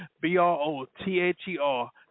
B-R-O-T-H-E-R